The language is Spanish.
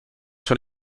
son